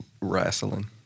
Wrestling